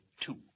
two